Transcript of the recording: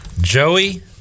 Joey